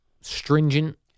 stringent